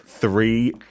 Three